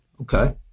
Okay